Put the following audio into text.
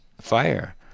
fire